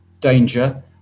danger